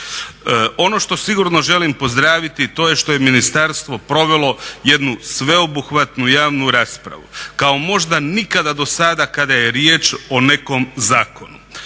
Ono što sigurno želim pozdraviti to je što je ministarstvo provelo jednu sveobuhvatnu javnu raspravu kao možda nikada dosada kada je riječ o nekom zakonu.